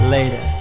Later